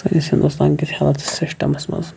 سٲنِس ہِندُستانکِس ہیٚلتھ سِشٹَمَس مَنٛز